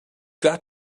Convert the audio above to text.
got